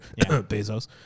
Bezos